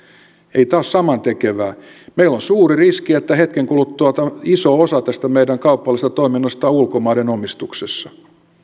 ei tämä ole samantekevää meillä on suuri riski että hetken kuluttua iso osa tästä meidän kaupallisesta toiminnastamme on ulkomaiden omistuksessa